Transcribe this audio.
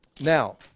Now